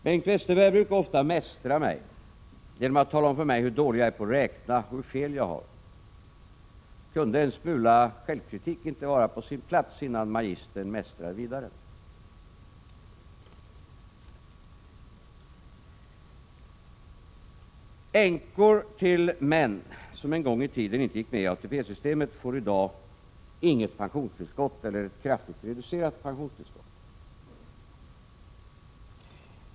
Bengt Westerberg brukar ofta mästra mig genom att tala om för mig hur dålig jag är på att räkna och hur fel jag har. Kunde inte en smula självkritik vara på sin plats innan magistern mästrar vidare! Änkor till män som en gång i tiden inte gick med i ATP-systemet får i dag inget pensionstillskott eller ett kraftigt reducerat pensionstillskott.